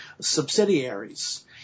subsidiaries